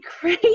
crazy